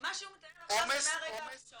מה שהוא מתאר עכשיו זה מהרגע הראשון.